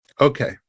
Okay